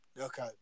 Okay